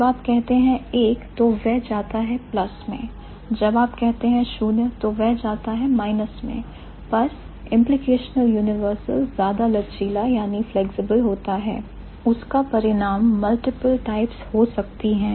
जब आप कहते हैं 1 तो वह जाता है प्लस में जब आप कहते हैं 0 तो वह जाता है माइनस में पर implicational universal ज्यादा लचीला होता है उसका परिणाम मल्टीपल टाइप्स हो सकती हैं